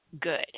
good